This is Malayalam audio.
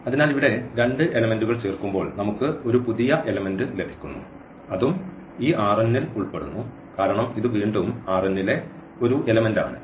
അതിനാൽ ഇവിടെ രണ്ട് എലെമെന്റുകൾ ചേർക്കുമ്പോൾ നമുക്ക് ഒരു പുതിയ എലെമെന്റു ലഭിക്കുന്നു അതും ഈ ൽ ഉൾപ്പെടുന്നു കാരണം ഇത് വീണ്ടും ലെ ഒരു എലമെന്റ് ആണ്